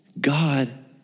God